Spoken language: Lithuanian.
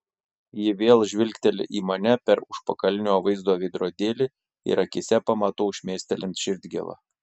ji vėl žvilgteli į mane per užpakalinio vaizdo veidrodėlį ir akyse pamatau šmėstelint širdgėlą